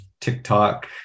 TikTok